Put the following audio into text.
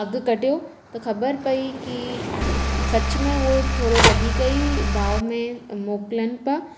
अघ कढियो त ख़बरु पई की अ सच मे उहो थोरो वधीक ई भाव मे मोकिलनि था